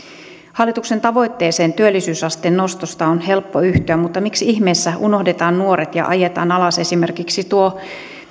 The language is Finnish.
hallituksen tavoitteeseen työllisyysasteen nostosta on helppo yhtyä mutta miksi ihmeessä unohdetaan nuoret ja ajetaan alas esimerkiksi tuo